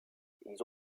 ils